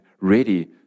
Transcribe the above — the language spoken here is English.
ready